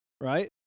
right